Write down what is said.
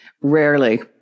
Rarely